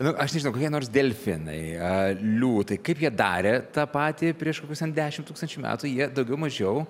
nu aš nežinau kokie nors delfinai a liūtai kaip jie darė tą patį prieš kokius ten dešim tūkstančių metų jie daugiau mažiau